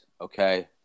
okay